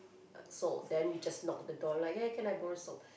salt then you just knock the door like eh can I borrow salt